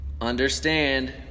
understand